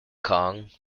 kong